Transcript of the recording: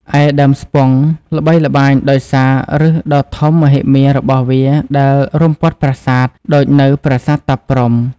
ឯដើមស្ពង់ល្បីល្បាញដោយសារ ឫសដ៏ធំមហិមារបស់វាដែលរុំព័ទ្ធប្រាសាទ ដូចនៅប្រាសាទតាព្រហ្ម។